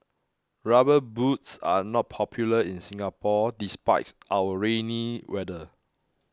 rubber boots are not popular in Singapore despite our rainy weather